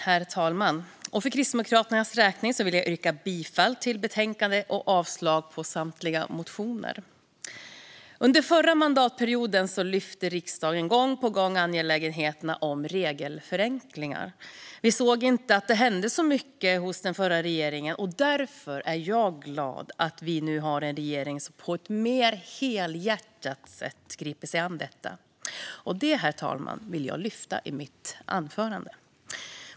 Herr talman! För Kristdemokraternas räkning vill jag yrka bifall till utskottets förslag och avslag på samtliga motioner. Under förra mandatperioden lyfte riksdagen gång på gång angelägenheten för regelförenklingar. Vi såg inte att det hände så mycket hos den förra regeringen, och därför är jag glad att vi nu har en regering som på ett mer helhjärtat sätt griper sig an detta. Det, herr talman, vill jag lyfta i mitt anförande.